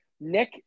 Nick